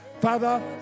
Father